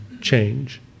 change